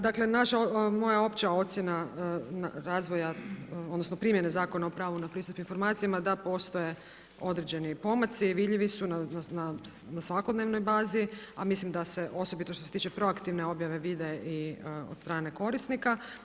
Dakle moja opća ocjena razvoja, odnosno primjene Zakona o pravu na pristup informacijama da postoje određeni pomaci, vidljivi su na svakodnevnoj bazi a mislim da se osobito što se tiče proaktivne objave vide i od strane korisnika.